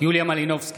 יוליה מלינובסקי,